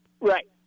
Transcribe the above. Right